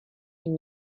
une